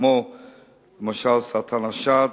כמו סרטן השד,